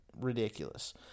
ridiculous